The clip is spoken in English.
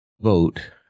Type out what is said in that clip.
vote